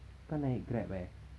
kau naik grab eh